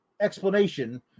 explanation